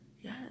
Yes